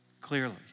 Clearly